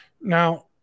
Now